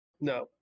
No